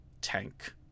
tank